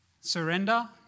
surrender